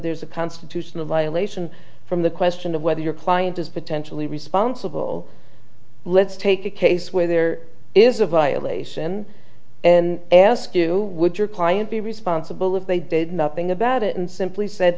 there's a constitutional violation from the question of whether your client is potentially responsible let's take a case where there is a violation and ask you would your client be responsible if they did nothing about it and simply said